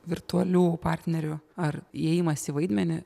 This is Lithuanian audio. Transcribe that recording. virtualių partnerių ar įėjimas į vaidmenį